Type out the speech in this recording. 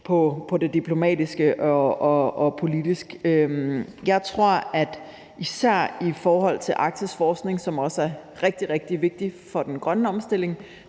på det diplomatiske og politiske plan. Jeg tror, at især i forhold til Arktisforskning, som også er rigtig, rigtig vigtig for den grønne omstilling,